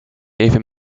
even